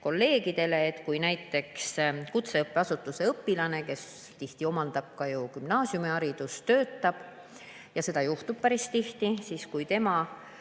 kolleegidele. Kui näiteks kutseõppeasutuse õpilane, kes tihti omandab ka gümnaasiumiharidust, töötab – ja seda juhtub päris tihti –, kuid kui ta